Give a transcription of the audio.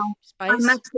spice